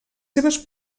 seves